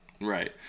Right